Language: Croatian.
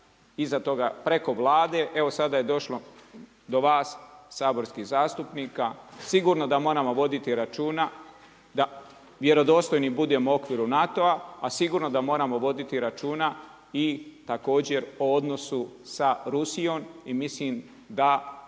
iza toga, preko Vlade, evo sada je došlo do vas, saborskih zastupnika. Sigurno da moramo voditi računa da vjerodostojni budemo u okviru NATO-a, a sigurno da moramo voditi računa i također o odnosu sa Rusijom, i mislim da